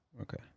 Okay